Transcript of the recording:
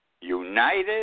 United